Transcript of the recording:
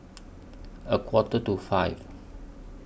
A Quarter to five